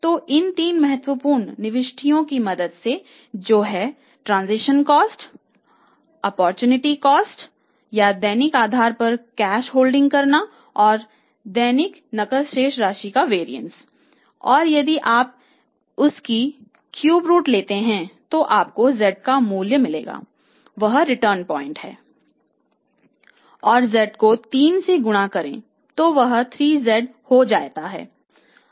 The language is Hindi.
और z को 3 से गुणा करें तो वह 3z हो जाता है